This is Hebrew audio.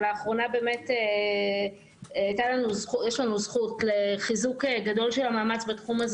אבל לאחרונה באמת יש לנו זכות לחיזוק גדול של המאמץ בתחום הזה